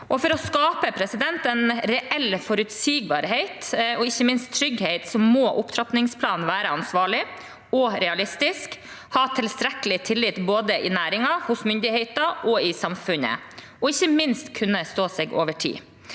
For å skape en reell forutsigbarhet og ikke minst trygghet må opptrappingsplanen være ansvarlig og realistisk, ha tilstrekkelig tillit både i næringen, hos myndighetene og i samfunnet, og ikke minst kunne stå seg over tid.